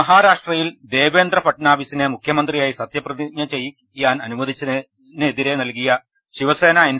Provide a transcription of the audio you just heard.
മഹാരാഷ്ട്രയിൽ ദേവേന്ദ്രഫഡ്നാവിസിനെ മുഖ്യമന്ത്രിയായി സത്യ പ്രതിജ്ഞ ചെയ്യാൻ അനുവദിച്ചതിനെതിരെ ശിവസേന എൻ